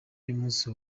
y’umunsi